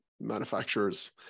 manufacturers